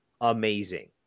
amazing